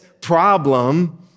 problem